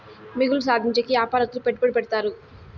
మిగులు సాధించేకి యాపారత్తులు పెట్టుబడి పెడతారు